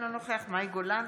אינו נוכח מאי גולן,